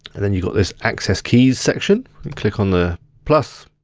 and then you've got this access keys section. and click on the plus.